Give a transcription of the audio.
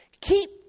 keep